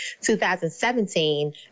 2017